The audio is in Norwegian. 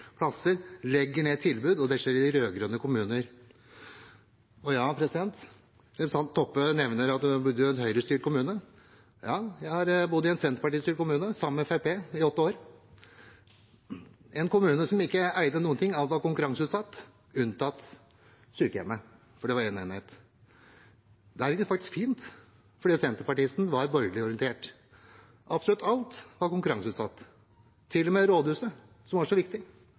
plasser og legger ned tilbud, og det skjer i rød-grønne kommuner. Representanten Toppe nevner at hun har bodd i en høyrestyrt kommune. Jeg har bodd i en Senterparti-styrt kommune, sammen med Fremskrittspartiet, i åtte år, en kommune som ikke eide noen ting. Alt var konkurranseutsatt, unntatt sykehjemmet, det var det enighet om. Det gikk faktisk fint, for senterpartisten var borgerlig orientert. Absolutt alt var konkurranseutsatt. Til og med rådhuset, som var så viktig,